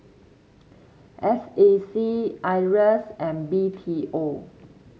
S A C Iras and B T O